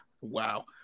Wow